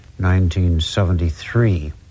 1973